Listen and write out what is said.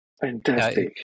Fantastic